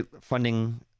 funding